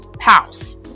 house